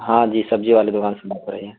ہاں جی سبزی والے کی دکان سے بات ہو رہی ہے